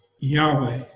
Yahweh